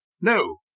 No